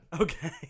Okay